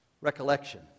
recollection